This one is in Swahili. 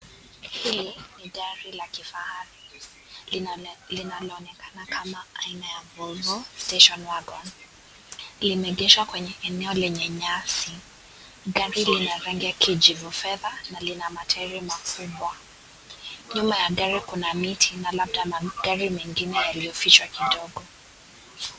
Hili ni gari la kifahari linaloonekana kama aina ya Volvo Station Wagon. Limeegeshwa kwenye eneo lenye nyasi. Gari lina rangi ya kijivu fedha na lina tairi makubwa. Nyuma ya gari kuna miti na labda magari mengine yaliyovishwa kidogo.